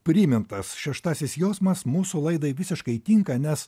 primintas šeštasis jausmas mūsų laidai visiškai tinka nes